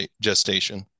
gestation